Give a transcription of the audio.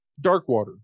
Darkwater